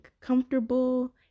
comfortable